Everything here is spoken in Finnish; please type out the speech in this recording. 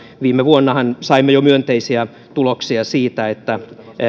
viime vuonnahan saimme jo myönteisiä tuloksia niin että